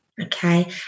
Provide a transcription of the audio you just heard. okay